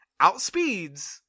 Outspeeds